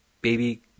Baby